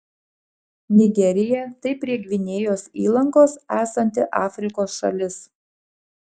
nigerija tai prie gvinėjos įlankos esanti afrikos šalis